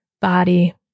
body